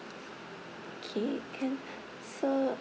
okay can so